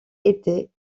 était